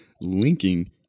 linking